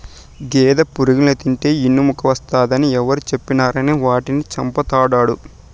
గేదె పురుగుల్ని తింటే ఇనుమెక్కువస్తాది అని ఎవరు చెప్పినారని వాటిని చంపతండాడు